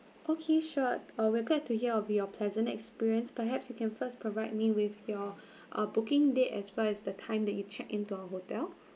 okay sure uh we're glad to hear of your pleasant experience perhaps you can first provide me with your uh booking date as well as the time that you check into our hotel